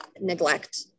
neglect